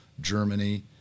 Germany